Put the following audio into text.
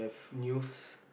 news